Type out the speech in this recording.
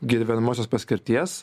gyvenamosios paskirties